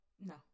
No